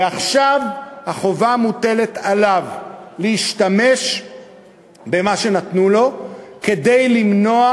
ועכשיו החובה מוטלת עליו להשתמש במה שנתנו לו כדי למנוע